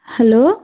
hello